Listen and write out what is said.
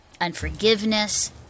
unforgiveness